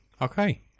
Okay